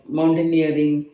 Mountaineering